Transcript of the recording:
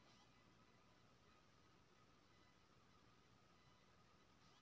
मकई के गबहा में जे कीरा लागय छै ओकरा रोके लेल कोन उपाय होय है?